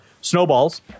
snowballs